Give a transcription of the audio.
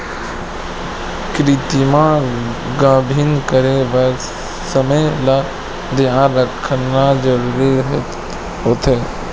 कृतिम गाभिन करे बर समे ल धियान राखना जरूरी होथे